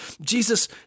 Jesus